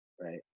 right